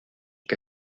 que